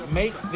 make